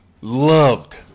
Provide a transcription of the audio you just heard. loved